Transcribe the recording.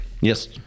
yes